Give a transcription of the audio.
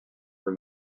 were